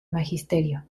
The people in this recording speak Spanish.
magisterio